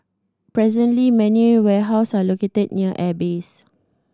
presently many warehouse are located near airbase